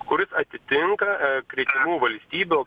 kuris atitinka gretimų valstybių